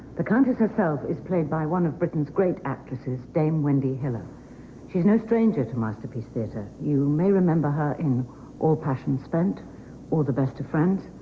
the countess herself is played by one of britain's great actresses dame wendy hiller she's no stranger to masterpiece theater you may remember her in all passion spent or the best of friends